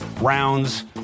rounds